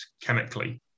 chemically